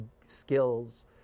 skills